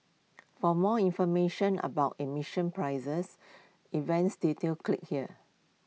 for more information about in mission prices events details click here